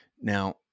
Now